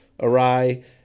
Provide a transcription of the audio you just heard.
awry